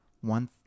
one